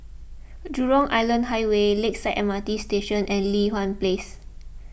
Jurong Island Highway Lakeside M R T Station and Li Hwan Place